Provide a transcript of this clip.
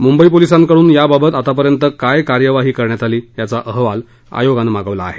मुंबई पोलिसांकडुन याबाबत आतापर्यंत काय कार्यवाही करण्यात आली याचा अहवाल आयोगानं मागविला आहे